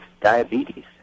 diabetes